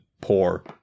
poor